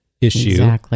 issue